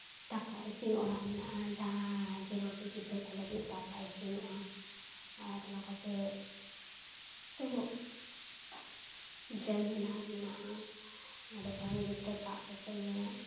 ᱫᱟᱠᱟ ᱤᱥᱤᱱ ᱚᱲᱟᱜ ᱢᱮᱱᱟᱜᱼᱟ ᱡᱟᱦᱟᱸ ᱡᱮ ᱱᱚᱸᱰᱮ ᱜᱤᱫᱽᱨᱟᱹ ᱠᱚ ᱞᱟᱹᱜᱤᱫ ᱫᱟᱠᱟ ᱤᱥᱤᱱᱚᱜᱼᱟ ᱟᱨ ᱱᱚᱝᱠᱟ ᱛᱮ ᱢᱮᱱᱟᱜᱼᱟ ᱱᱚᱸᱰᱮ ᱠᱷᱚᱱ ᱜᱤᱫᱽᱨᱟᱹ ᱫᱟᱜ ᱠᱚᱠᱚ ᱧᱩᱭᱟ